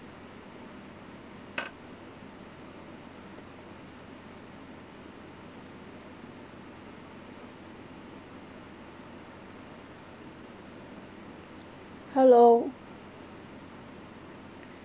hello